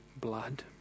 blood